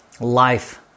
life